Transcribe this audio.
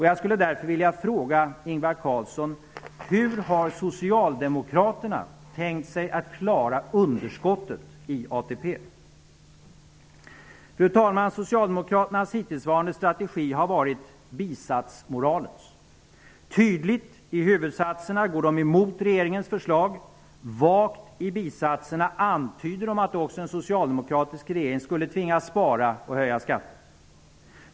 Jag skulle därför vilja fråga Ingvar Carlsson: Hur har Socialdemokraterna tänkt sig att klara underskottet i ATP? Socialdemokraternas hittillsvarande strategi har varit bisatsmoralens. Tydligt, i huvudsatserna, går de emot regeringens förslag. Vagt, i bisatserna, antyder de att också en socialdemokratisk regering skulle tvingas spara och höja skatter.